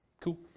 Cool